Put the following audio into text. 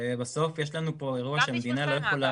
בסוף יש לנו פה אירוע שהמדינה לא יכולה